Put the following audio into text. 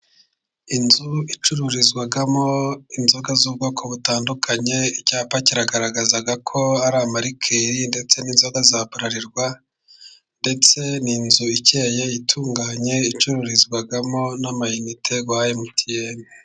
Inzu icururizwamo inzoga z'ubwoko butandukanye, icyapa kigaragaza ko ari amarikeri, ndetse n'inzoga za burarirwa ndetse n'inzu ikeye itunganye icururizwamo n'amayinite ya emutiyene.